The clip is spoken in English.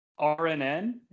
rnn